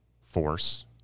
force